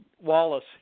Wallace